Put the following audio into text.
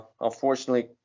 unfortunately